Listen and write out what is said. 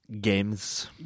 Games